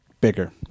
bigger